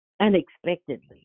unexpectedly